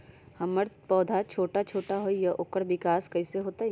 हमर पौधा छोटा छोटा होईया ओकर विकास कईसे होतई?